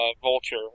Vulture